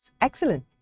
excellent